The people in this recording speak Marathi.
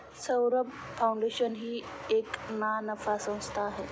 सौरभ फाऊंडेशन ही एक ना नफा संस्था आहे